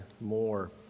more